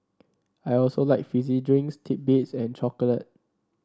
I also like fizzy drinks titbits and chocolate